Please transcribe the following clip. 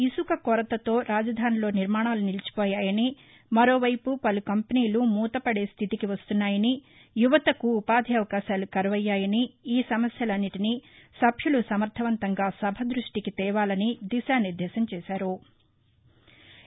ఇసుక కొరతలో రాజధానిలో నిర్మాణాలు నిలిచిపోయాయని మరోవైపు పలు కంపెనీలు మూతపడేస్టితికి వస్తున్నాయని యువతకు ఉపాధి అవకాశాలు కరవయ్యాయని ఈ సమస్యలన్నీంటినీ సభ్యులు సమర్దవంతంగా సభ ద్బష్టికి తేవాలని దిశానిర్దేశం చేశారు